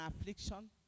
affliction